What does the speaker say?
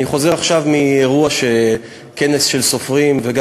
אני חוזר עכשיו מכנס של סופרים ושל